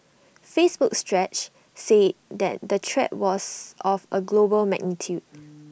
Facebook's stretch said that the threat was of A global magnitude